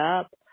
up